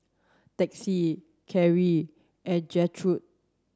Texie Carin and Gertrude